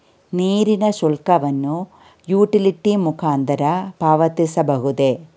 ನೀರಿನ ಶುಲ್ಕವನ್ನು ಯುಟಿಲಿಟಿ ಮುಖಾಂತರ ಪಾವತಿಸಬಹುದೇ?